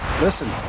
Listen